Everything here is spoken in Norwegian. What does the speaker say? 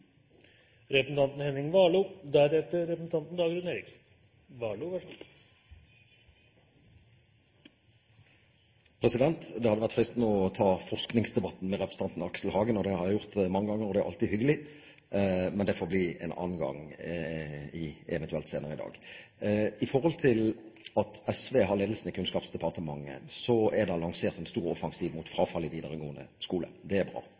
Det hadde vært fristende å ta forskningsdebatten med representanten Aksel Hagen – det har jeg gjort mange ganger, og det er alltid hyggelig – men det får bli en annen gang, eventuelt senere i dag. Med SV i ledelsen i Kunnskapsdepartementet er det lansert en stor offensiv mot frafall i videregående skole. Det er bra.